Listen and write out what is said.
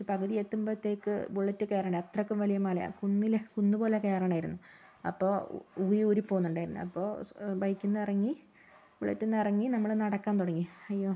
പകുതി എത്തുമ്പഴത്തേക്ക് ബുള്ളറ്റ് കയറില്ല അത്രക്ക് വലിയ മലയാണ് കുന്നില് കുന്ന് പോലെ കയറണമായിരുന്നു അപ്പോൾ ഊരി ഊരി പോകുന്നുണ്ടായിരുന്നു അപ്പോൾ ബൈക്കിൽ നിന്നിറങ്ങി ബുള്ളറ്റിൽ നിന്ന് ഇറങ്ങി നമ്മള് നടക്കാൻ തുടങ്ങി അയ്യോ